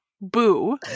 boo